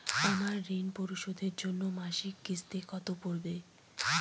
আমার ঋণ পরিশোধের জন্য মাসিক কিস্তি কত পড়বে?